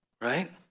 right